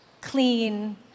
clean